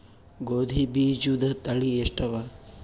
ಗೋಧಿ ಬೀಜುದ ತಳಿ ಎಷ್ಟವ?